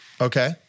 Okay